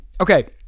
okay